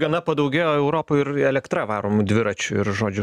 gana padaugėjo europoj ir elektra varomų dviračių ir žodžiu